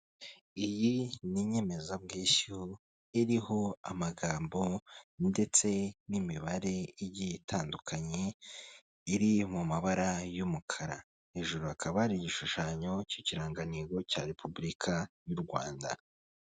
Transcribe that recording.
Iyi ni inyemezabwishyu iriho amagambo ndetse n'imibare igiye itandukanye iri mu mabara y'umukara, hejuru hakaba hari igishushanyo cy'ikirangantego cya Repubulika y'u Rwanda.